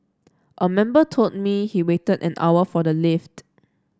a member told me he waited an hour for the lift